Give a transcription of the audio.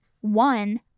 one